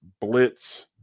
blitz